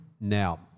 now